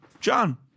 John